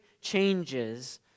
changes